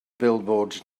billboards